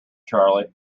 charley